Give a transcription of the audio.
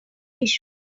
shoot